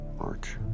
March